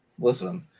listen